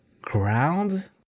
ground